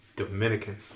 Dominican